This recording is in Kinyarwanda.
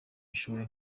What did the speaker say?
ishuri